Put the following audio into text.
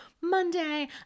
Monday